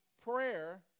prayer